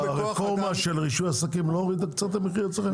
הרפורמה של רישוי עסקים לא הורידה קצת את המחיר אצלכם?